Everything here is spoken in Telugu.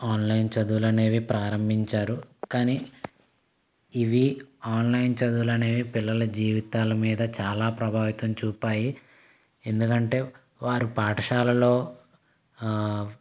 ఆన్లైన్ చదువులనేవి ప్రారంబించారు కానీ ఇవి ఆన్లైన్ చదువులనేవి పిల్లల జీవితాల మీద చాలా ప్రభావితం చూపినాయి ఎందుకంటే వారు పాఠశాలలో